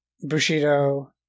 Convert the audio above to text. Bushido